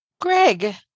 Greg